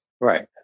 Right